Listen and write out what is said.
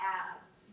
abs